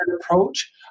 approach